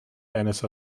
eines